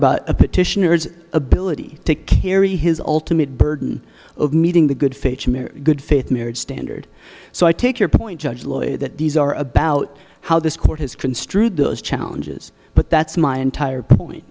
about a petitioners ability to carry his ultimate burden of meeting the good faith good faith marriage standard so i take your point judge lawyer that these are about how this court has construed those challenges but that's my entire point